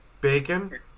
bacon